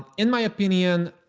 in my opinion,